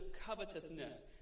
covetousness